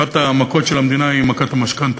אחת המכות של המדינה היא מכת המשכנתה.